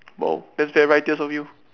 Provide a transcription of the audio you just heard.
!wow! that's very righteous of you